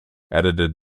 edited